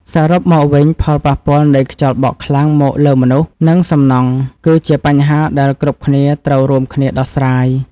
សរុបមកវិញផលប៉ះពាល់នៃខ្យល់បក់ខ្លាំងមកលើមនុស្ស និងសំណង់គឺជាបញ្ហាដែលគ្រប់គ្នាត្រូវរួមគ្នាដោះស្រាយ។